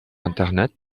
internet